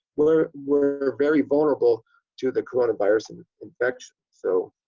were were very vulnerable to the corona virus and infection. so